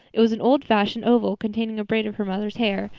it was an old-fashioned oval, containing a braid of her mother's hair,